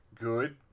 Good